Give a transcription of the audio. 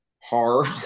hard